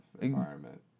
environment